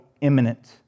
imminent